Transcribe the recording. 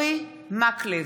אורי מקלב,